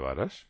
varas